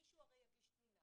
מישהו הרי יגיד תלונה.